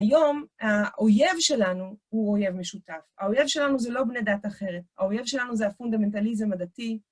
היום האויב שלנו הוא אויב משותף, האויב שלנו זה לא בני דת אחרת, האויב שלנו זה הפונדמנטליזם הדתי.